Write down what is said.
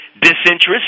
disinterest